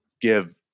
give